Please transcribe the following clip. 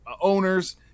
owners